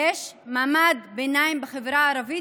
יש מעמד ביניים בחברה הערבית,